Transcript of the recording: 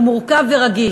הוא מורכב ורגיש.